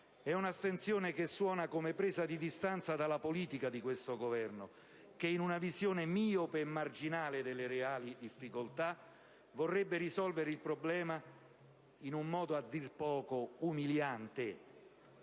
È un'astensione che suona come una presa di distanza dalla politica di questo Governo che, in una visione miope e marginale delle reali difficoltà, vorrebbe risolvere il problema in un modo a dir poco umiliante.